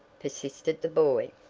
persisted the boy.